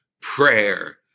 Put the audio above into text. prayer